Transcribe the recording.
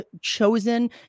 chosen